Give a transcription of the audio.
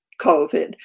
covid